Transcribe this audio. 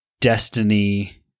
Destiny